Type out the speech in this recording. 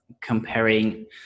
comparing